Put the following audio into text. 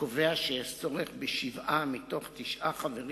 שקובע שיש צורך בשבעה מתוך תשעה חברים